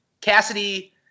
Cassidy